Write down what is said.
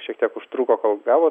šiek tiek užtruko kol gavo